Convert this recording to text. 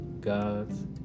God's